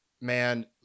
man